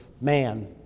man